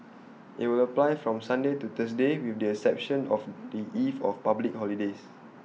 IT will apply from Sunday to Thursday with the exception of the eve of public holidays